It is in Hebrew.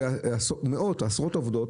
מאות ועשרות עובדות,